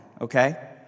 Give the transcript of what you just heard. okay